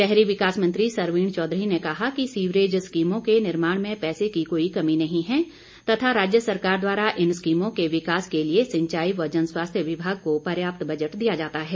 शहरी विकास मंत्री सरवीण चौधरी ने कहा कि सीवरेज स्कीमों के निर्माण में पैसे की कोई कमी नहीं हैं तथा राज्य सरकार द्वारा इन स्कीमों के विकास के लिए सिंचाई व जनस्वास्थ्य विभाग को पर्याप्त बजट दिया जाता है